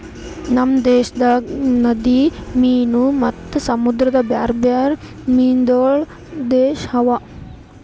ನಮ್ ದೇಶದಾಗ್ ನದಿ ಮೀನು ಮತ್ತ ಸಮುದ್ರದ ಬ್ಯಾರೆ ಬ್ಯಾರೆ ಮೀನಗೊಳ್ದು ದೇಶ ಅದಾ